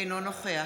אינו נוכח